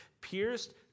pierced